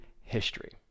history